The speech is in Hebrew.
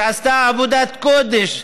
שעשתה עבודת קודש,